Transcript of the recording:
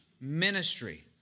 ministry